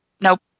nope